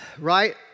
right